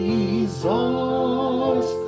Jesus